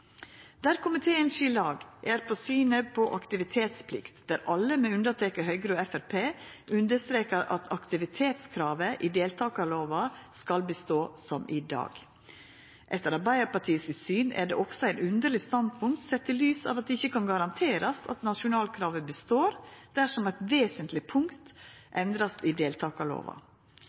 Der komiteen skil lag, er i synet på aktivitetsplikt. Alle, unnateke Høgre og Framstegspartiet, understrekar at aktivitetskravet i deltakarlova skal bestå som i dag. Etter Arbeidarpartiet sitt syn er det også eit underleg standpunkt, sett i lys av at det ikkje kan garanterast at nasjonalkravet består, dersom eit så vesentleg punkt i deltakarlova